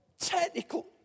Technical